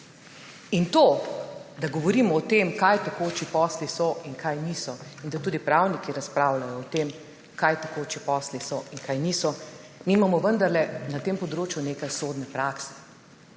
In to, da govorimo o tem, kaj tekoči posli so in kaj niso in da tudi pravniki razpravljajo o tem, kaj tekoči posli so in kaj niso, mi imamo vendarle na tem področju nekaj sodne prakse.